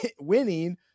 winning